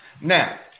Now